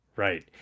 Right